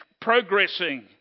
progressing